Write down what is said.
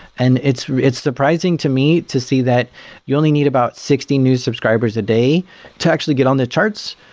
and it's it's surprising to me to see that you only need about sixty new subscribers a day to actually get on the charts,